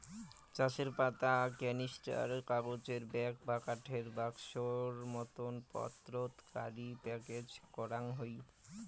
চায়ের পাতা ক্যানিস্টার, কাগজের ব্যাগ বা কাঠের বাক্সোর মতন পাত্রত করি প্যাকেজ করাং হই